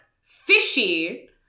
Fishy